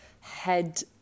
head